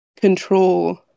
control